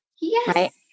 Yes